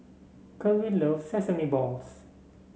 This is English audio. Kerwin loves Sesame Balls